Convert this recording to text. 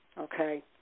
okay